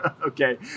Okay